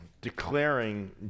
declaring